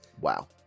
Wow